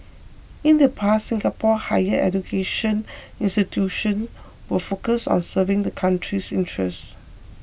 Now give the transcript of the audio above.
in the past Singapore's higher education institutions were focused on serving the country's interests